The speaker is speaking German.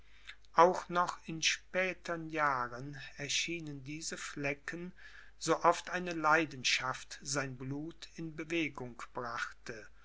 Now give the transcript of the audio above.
auch noch in spätern jahren erschienen diese flecken so oft eine leidenschaft sein blut in bewegung brachte